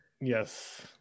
Yes